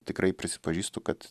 tikrai prisipažįstu kad